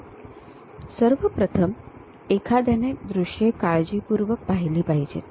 म्हणून सर्व प्रथम एखाद्याने दृश्ये काळजीपूर्वक पाहिली पाहिजेत